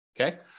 Okay